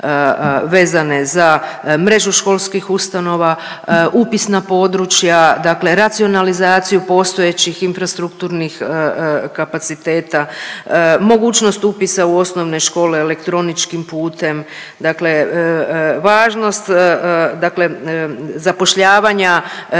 vezane za mrežu školskih ustanova, upisana područja, dakle racionalizaciju postojećih infrastrukturnih kapaciteta, mogućnost upisa u osnovne škole elektroničkim putem, dakle važnost dakle zapošljavanja